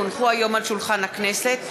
כי הונחו היום על שולחן הכנסת,